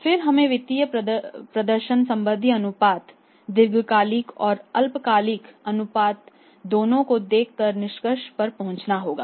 फिर हमें वित्तीय प्रदर्शन संबंधी अनुपात दीर्घकालिक और अल्पकालिक अनुपात दोनों को देखकर निष्कर्ष पर पहुंचना होगा